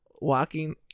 walking